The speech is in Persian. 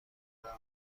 دادند